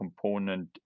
component